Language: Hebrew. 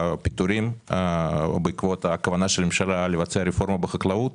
פיטורים בעקבות הכוונה של הממשלה לבצע רפורמה בחקלאות.